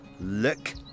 look